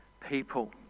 people